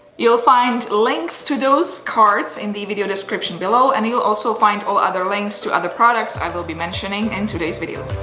you'll find links to those cards in the video description below and you'll also find all other links to all other products i will be mentioning in today's video.